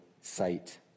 sight